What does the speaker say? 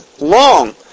long